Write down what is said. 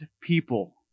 people